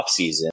offseason